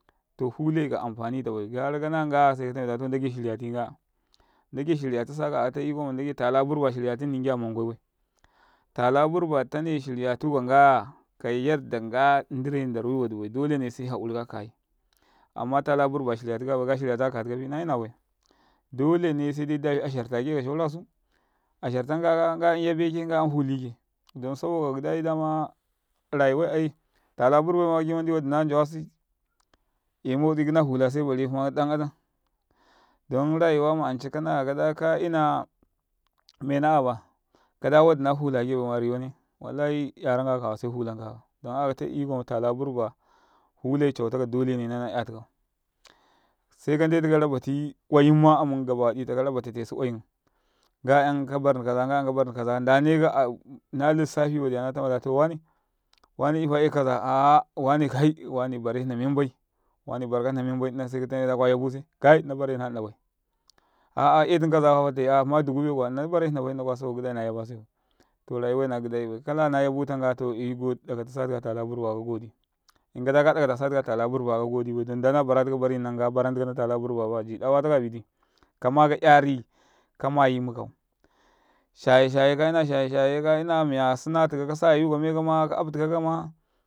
﻿To fulai ka amfani tabai garaka na ngaya se kala to ndage shiryati ngama ndage shirya tisakaya akata iko ma ndage tala burba shirya tinninkiya man ngwai bai, tala burba ditane shiryatuka ngaya ka yadda nga ndine ndarui wadi vai, dolene se haurika kayi, amma tala burba shirya tikaka bai ka shiryata ka katibi, na yinabai dolene sede dafi ashar take ka kinan kasu. Ashar tanka ka ya nga 'yam yabeke nga yam fulike, don saboka gidai dama rayuwai tela burbima giwada man na njawasi 'yai; yawala gida nala fulase bare hma ɗan adam. don rayuwa ma ancakadaka ina mena a fa kada wadi nafulake baima riwane, wallahi yaranka kawaya se bulan ka kau, don akata iko matala burba fulai cautaka dolene amun kasifa tabu oyum ngayam kabar kaza nga yam kabarni kaza ndeneka nalissfi wadiya na tamada to wane wane ifa eka kaza wane barka ka hna men bai kwa yabuse. Kai nna barena nnabai a'a 'yetum kaza fa afattai hma adukube kuwa nna bare hnabai sabo gidai na yaba sebai ta rayuwai na gidaibai to kana na gabuta ngaya i go sakatu sitika tala burba ka godi ba dondai na bara tika barina na nga baran tika natala burba baya jida wataka biti. Kama ka 'yari kamayi mukau, shaye-shaye kayina shaye shaye kayina miya sinatikau ka aftikakama.